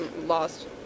Lost